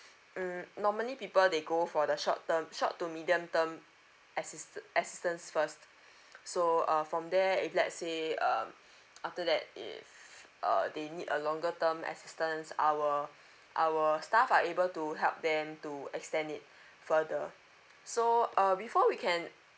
mm normally people they go for the short term short to medium term assista~ assistance first so uh from there if let's say um after that if err they need a longer term assistance our our staff are able to help them to extend it further so uh before we can